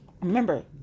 Remember